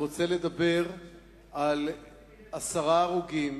אני רוצה לדבר על עשרה הרוגים